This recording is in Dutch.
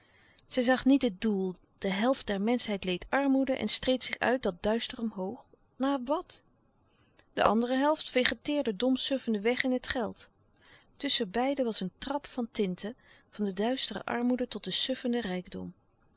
zij zag niet het doel de helft der menschheid leed armoede en streed zich uit dat duister omhoog naar wat de andere helft vegeteerde dom suffende weg in het geld tusschen beiden was een trap van tinten van de duistere armoede tot den suffenden rijkdom